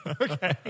Okay